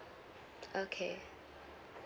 okay